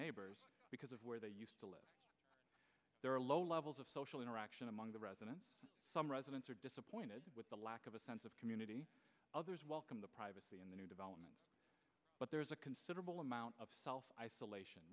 neighbors because of where they used to live there are low levels of social interaction among the residents some residents are disappointed with the lack of a sense of community others welcome the privacy in the new development but there is a considerable amount of self isolation